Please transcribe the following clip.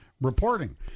reporting